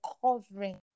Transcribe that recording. covering